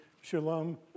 Shalom